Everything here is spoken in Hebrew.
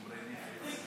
למה אתם מתפרעים,